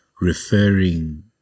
referring